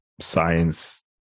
science